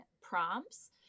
prompts